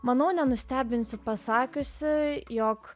manau nenustebinsiu pasakiusi jog